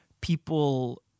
people